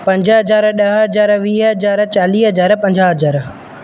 पंज हज़ार ॾह हज़ार वीह हज़ार चालीह हज़ार पंजाहु हज़ार